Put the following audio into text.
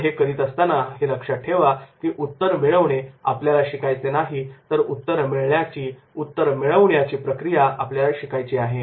पण हे करत असताना हे लक्षात ठेवा कि उत्तर मिळवणे आपल्याला शिकायचे नाही तर उत्तर मिळण्याची प्रक्रिया आपल्याला शिकायची आहे